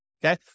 Okay